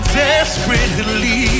desperately